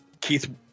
Keith